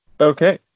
Okay